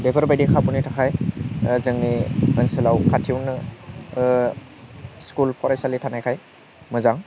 बेफोरबायदि खाबुनि थाखाय जोंनि ओनसोलाव खाथियावनो स्कुल फरायसालि थानायखाय मोजां